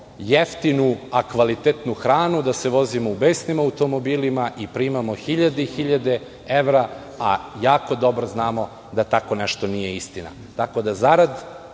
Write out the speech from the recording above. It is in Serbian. jeftinu a kvalitetnu hranu, da se vozimo u besnim automobilima i primamo hiljade i hiljade evra, a jako dobro znamo da tako nešto nije istina. Zarad